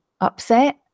upset